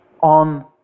on